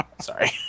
Sorry